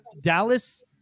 Dallas